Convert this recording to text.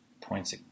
Points